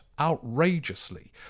outrageously